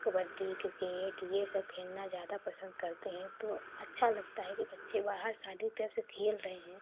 kabaddi cricket ये सब खेलना ज्यादा पसंद करते हैं तो अच्छा लगता है कि बच्चे बाहर शारीरिक तरफ से खेल रहे हैं